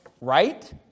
right